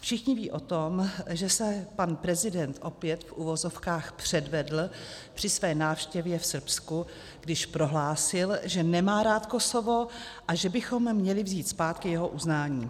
Všichni vědí o tom, že se pan prezident opět, v uvozovkách, předvedl při své návštěvě v Srbsku, když prohlásil, že nemá rád Kosovo a že bychom měli vzít zpátky jeho uznání.